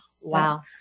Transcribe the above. Wow